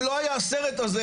אם לא היה הסרט הזה,